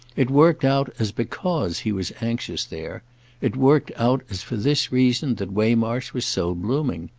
it worked out as because he was anxious there it worked out as for this reason that waymarsh was so blooming.